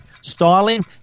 Styling